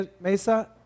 Mesa